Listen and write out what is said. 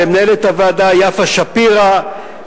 ולמנהלת הוועדה יפה שפירא,